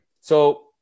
So-